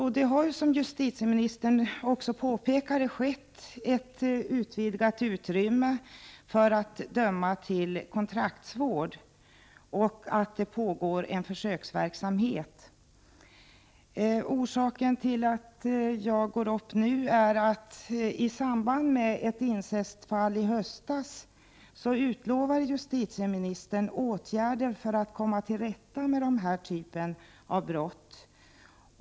Som justitieministern påpekade har det getts ett vidgat utrymme för att döma människor till kontraktsvård. Det sker också en försöksverksamhet. Orsaken till att jag nu gått upp i talarstolen är att justitieministern i samband med ett incestfall i höstas utlovade åtgärder för att man skulle komma till rätta med denna typ av brott.